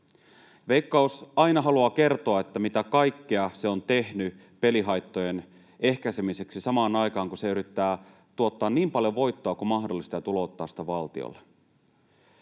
Veikkaus haluaa aina kertoa, mitä kaikkea se on tehnyt pelihaittojen ehkäisemiseksi, samaan aikaan kun se yrittää tuottaa niin paljon voittoa kuin mahdollista ja tulouttaa sitä valtiolle.